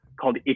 called